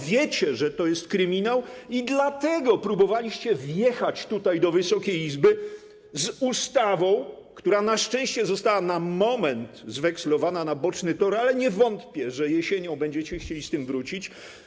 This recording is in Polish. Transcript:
Wiecie, że to jest kryminał, i dlatego próbowaliście wjechać do Wysokiej Izby z ustawą, która na szczęście została na moment zwekslowana na boczny tor, ale nie wątpię, że jesienią będziecie chcieli z tym wrócić.